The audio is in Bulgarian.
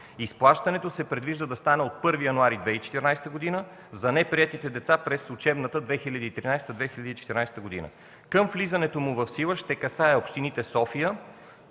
Изплащането се предвижда да стане от 1 януари 2014 г. за неприетите деца през учебната 2013-2014 г. Към влизането му в сила то ще касае общини като София,